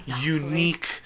unique